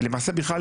ולמעשה בכלל,